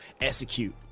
execute